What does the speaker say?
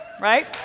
right